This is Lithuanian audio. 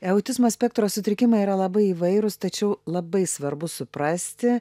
eutizmo spektro sutrikimai yra labai įvairūs tačiau labai svarbu suprasti